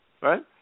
right